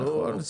נכון.